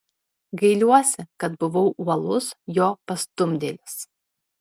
gailiuosi kad buvau uolus jo pastumdėlis